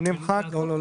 לא.